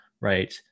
right